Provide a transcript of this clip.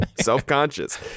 Self-conscious